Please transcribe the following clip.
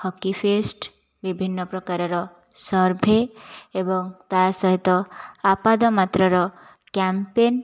hockey fest ବିଭିନ୍ନ ପ୍ରକାରର survey ଏବଂ ତା' ସହିତ ଆପାଦ ମାତ୍ରାର କ୍ୟାମ୍ପେନ